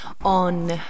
on